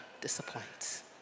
disappoints